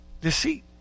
Deceit